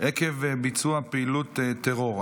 עקב ביצוע פעילות טרור),